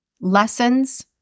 lessons